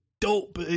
dope